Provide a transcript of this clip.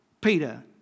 Peter